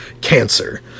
Cancer